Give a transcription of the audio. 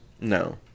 No